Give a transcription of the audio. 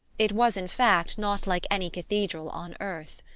it was, in fact, not like any cathedral on earth.